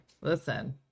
listen